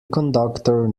conductor